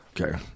okay